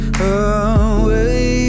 away